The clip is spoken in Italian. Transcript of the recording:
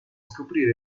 scoprire